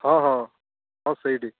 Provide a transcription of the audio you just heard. ହଁ ହଁ ହଁ ସେଇଠି